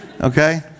Okay